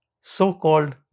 so-called